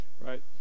Right